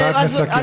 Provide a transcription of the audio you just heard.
משפט מסכם, בבקשה.